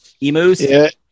Emus